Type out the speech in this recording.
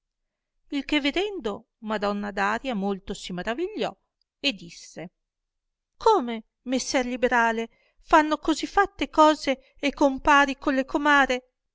il che vedendo madonna daria molto si maravigliò e disse come messer liberale fanno così fatte cose e compari colle comare